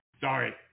sorry